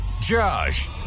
Josh